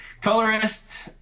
Colorist